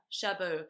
shabu